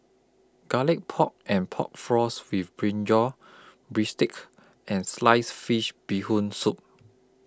Garlic Pork and Pork Floss with Brinjal Bistake and Sliced Fish Bee Hoon Soup